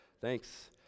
Thanks